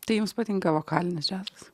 tai jums patinka vokalinis džiazas